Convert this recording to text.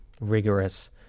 rigorous